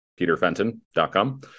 peterfenton.com